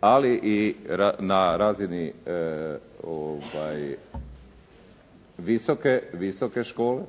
ali i na razini visoke škole